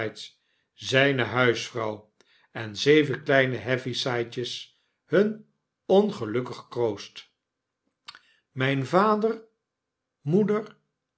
zyne huisvrouw en zevenkleine heavysydjes hun ongelukkig kroost myn vader moeder